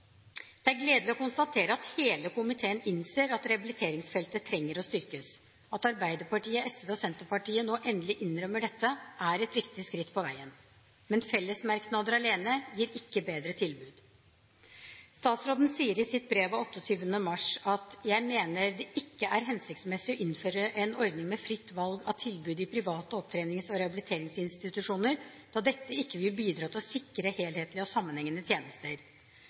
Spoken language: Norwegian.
Det er gledelig å konstatere at hele komiteen innser at rehabiliteringsfeltet trenger å styrkes. At Arbeiderpartiet, SV og Senterpartiet nå endelig innrømmer dette, er et viktig skritt på veien. Men fellesmerknader alene gir ikke bedre tilbud. Statsråden sier i sitt brev av 28. mars: «Jeg mener det ikke er hensiktsmessig å innføre en ordning med fritt valg av tilbud i private opptrenings- og rehabiliteringsinstitusjoner da dette ikke vil bidra til å sikre helhetlige og sammenhengende tjenester